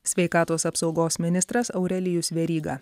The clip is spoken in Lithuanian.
sveikatos apsaugos ministras aurelijus veryga